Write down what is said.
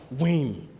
Win